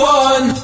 one